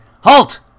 HALT